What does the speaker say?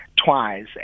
Twice